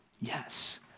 Yes